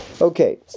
Okay